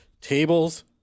tables